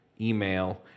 email